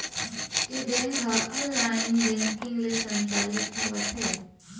ए bank ह online banking ले संचालित होवत हे